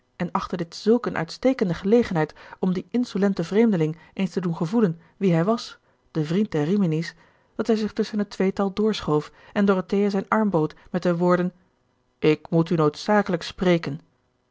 en achtte dit zulk een uitstekende gelegenheid om dien insolenten vreemdeling eens te doen gevoelen wie hij was de vriend der rimini's dat hij zich tusschen het tweetal doorschoof en dorothea zijn arm bood met de woorden ik moet u noodzakelijk spreken